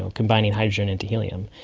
combining hydrogen into helium,